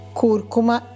curcuma